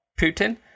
Putin